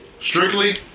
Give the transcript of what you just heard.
Strictly